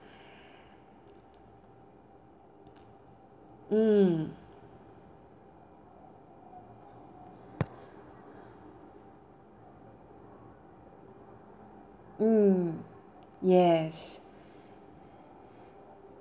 mm mm yes